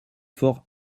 fort